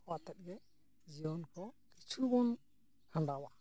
ᱱᱚᱣᱟᱠᱚ ᱟᱛᱮᱫ ᱜᱮ ᱡᱤᱭᱚᱱ ᱠᱚ ᱠᱤᱪᱷᱩᱵᱚᱱ ᱠᱷᱟᱸᱰᱟᱣᱟ